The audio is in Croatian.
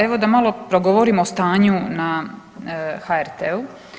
Evo da malo progovorim o stanju na HRT-u.